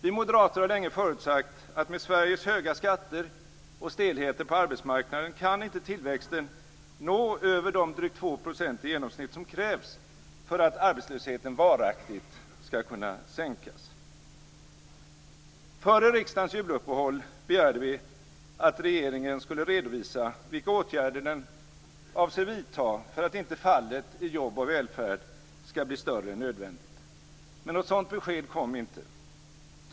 Vi moderater har länge förutsagt att med Sveriges höga skatter och stelheter på arbetsmarknaden kan inte tillväxten nå över de drygt 2 % i genomsnitt som krävs för att arbetslösheten varaktigt skall kunna sänkas. Före riksdagens juluppehåll begärde vi att regeringen skulle redovisa vilka åtgärder den avser att vidta för att inte fallet i jobb och välfärd skall bli större än nödvändigt. Något sådant besked kom inte.